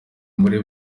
muri